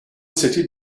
city